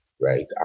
right